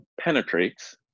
penetrates